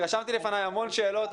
רשמתי לפני המון שאלות.